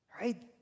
Right